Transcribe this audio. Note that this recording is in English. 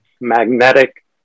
Magnetic